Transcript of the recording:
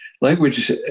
language